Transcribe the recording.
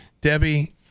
Debbie